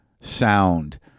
sound